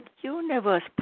universe